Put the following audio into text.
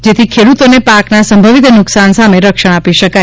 જેથી ખેડૂતોને પાકના સંભવિત નુકસાન સામે રક્ષણ આપી શકાય